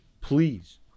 Please